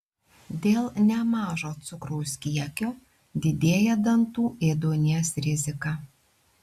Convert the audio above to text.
dėl nemažo cukraus kiekio didėja dantų ėduonies rizika